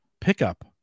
pickup